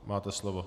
Máte slovo.